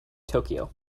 tokyo